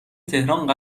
تهران